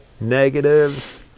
negatives